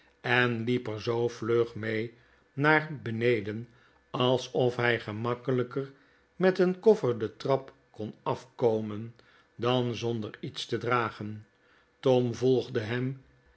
en liep er zoo vlug mee naar beneden alsof hij gemakkelijker met een koffer de trap kon afkomen dan zonder iets te dragen tom volgde hem